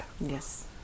Yes